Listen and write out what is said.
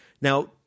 now